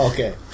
Okay